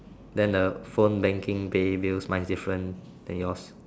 then the phone banking pay bills mine different than yours